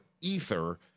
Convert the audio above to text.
ether